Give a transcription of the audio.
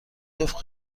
جفت